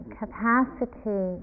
capacity